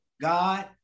God